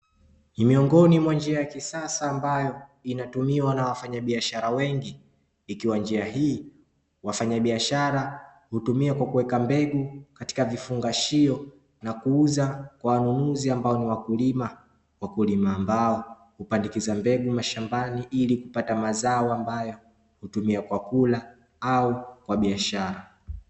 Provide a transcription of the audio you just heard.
Ni miongoni mwa njia ya kisasa ambayo inatumiwa na wafanyabiashara wengi, ikiwa njia hii wafanyabiashara hutumia kwa kuweka mbegu katika vifungashio na kuuza kwa wanunuzi ambao ni wakulima wakulima, ambao hupandikiza mbegu mashambani ili kupata mazao ambayo hutumia kwa kula au kwa biashara.